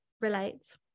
relates